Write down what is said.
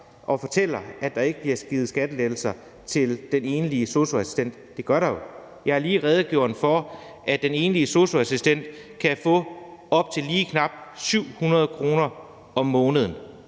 og fortæller, at der ikke bliver givet skattelettelser til den enlige sosu-assistent. Det gør der jo. Jeg har lige redegjort for, at den enlige sosu-assistent kan få op til lige knap 700 kr. om måneden.